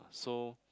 so